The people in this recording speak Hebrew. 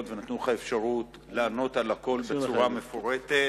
ונתנו לך אפשרות לענות על הכול בצורה מפורטת.